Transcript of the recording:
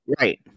Right